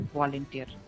volunteer